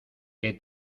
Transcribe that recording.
que